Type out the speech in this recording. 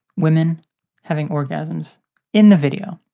women having orgasms in the video.